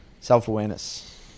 Self-awareness